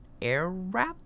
Airwrap